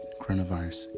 coronavirus